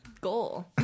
goal